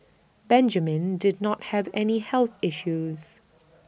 Benjamin did not have any health issues